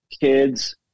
kids